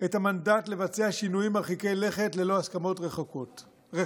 מנדט לבצע שינויים מרחיקי לכת ללא הסכמות רחבות.